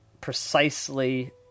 precisely